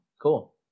cool